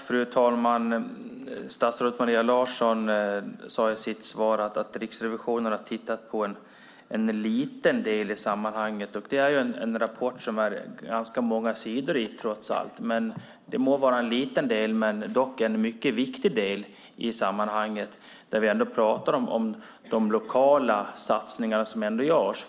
Fru talman! Statsrådet Maria Larsson sade i sitt svar att Riksrevisionen har tittat på en liten del i sammanhanget, men det är trots allt en rapport på ganska många sidor. Det må vara en liten del, men den är mycket viktig eftersom vi talar om de lokala satsningar som görs.